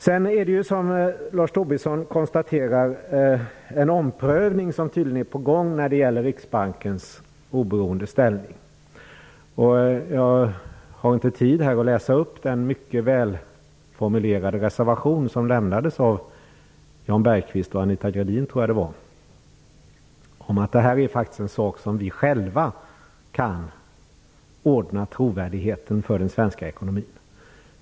Sedan är det, som Lars Tobisson konstaterar, tydligen en omprövning av Riksbankens oberoende ställning på gång. Jag har inte tid att här läsa upp den mycket välformulerade reservation som lämnades av Jan Bergqvist och Anita Gradin om att det här faktiskt är en sak som vi själva kan använda för att ordna trovärdigheten för den svenska ekonomin.